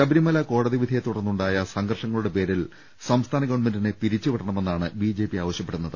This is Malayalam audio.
ശബരിമല കോടതിവിധിയെ തുടർന്നുണ്ടായ സംഘർഷങ്ങളുടെ പേരിൽ സംസ്ഥാന ഗവൺമെന്റിനെ പിരിച്ചുവിടണമെന്നാണ് ബിജെപി ആവശ്യപ്പെടുന്നത്